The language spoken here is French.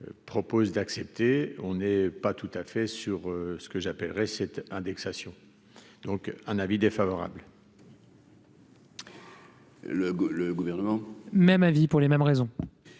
propose d'accepter, on n'est pas tout à fait sur ce que j'appellerai cette indexation donc un avis défavorable. Le le gouvernement. Même avis pour les mêmes raisons.